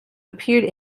appeared